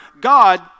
God